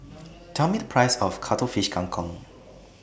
Tell Me The Price of Cuttlefish Kang Kong